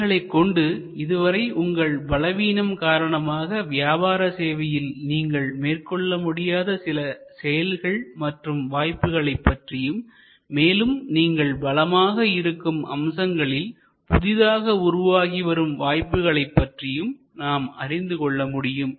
இவைகளைக் கொண்டு இதுவரை உங்கள் பலவீனம் காரணமாக வியாபார சேவையில் நீங்கள் மேற்கொள்ள முடியாத சில செயல்கள் மற்றும் வாய்ப்புகளைப் பற்றியும் மேலும் நீங்கள் பலமாக இருக்கும் அம்சங்களில் புதிதாக உருவாகிவரும் வாய்ப்புகளைப் பற்றியும் நாம் அறிந்துகொள்ள முடியும்